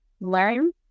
learn